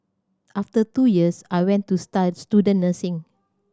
after two years I went to student nursing